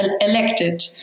elected